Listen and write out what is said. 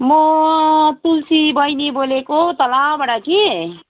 म तुलसी बहिनी बोलेको हौ तलबाट कि